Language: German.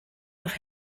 nach